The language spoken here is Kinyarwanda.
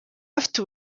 bafite